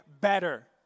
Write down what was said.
better